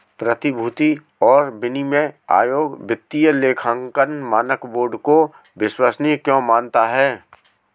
प्रतिभूति और विनिमय आयोग वित्तीय लेखांकन मानक बोर्ड को विश्वसनीय क्यों मानता है?